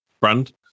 brand